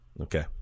Okay